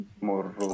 more